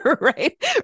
Right